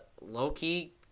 Low-key